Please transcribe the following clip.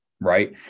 right